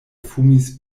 fumis